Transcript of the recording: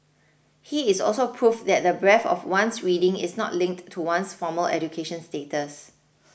he is also proof that the breadth of one's reading is not linked to one's formal education status